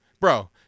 Bro